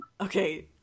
Okay